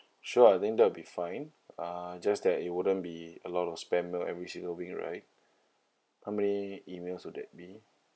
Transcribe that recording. sure I think that will be fine uh just that it wouldn't be a lot of spam on every single week right how many emails will that be